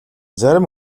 зарим